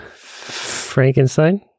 Frankenstein